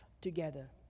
together